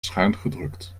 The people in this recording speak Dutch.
schuingedrukt